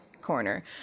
corner